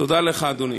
תודה לך, אדוני.